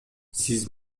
сиз